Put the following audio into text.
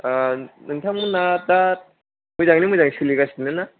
नोंथांमोना दा मोजाङैनो मोजां सोलिगासिनोना